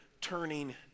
turning